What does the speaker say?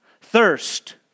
thirst